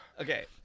okay